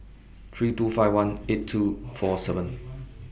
three two five one eight two four seven